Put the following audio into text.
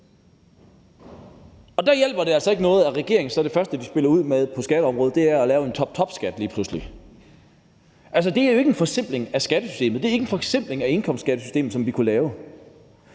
Der hjælper det altså ikke noget, at det første, regeringen spiller ud med på skatteområdet, er lige pludselig at lave en toptopskat. Altså, det er jo ikke en forsimpling af skattesystemet, det er ikke en forsimpling af indkomstskattesystemet, som vi kunne lave.